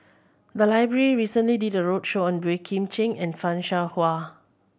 the library recently did a roadshow on Boey Kim Cheng and Fan Shao Hua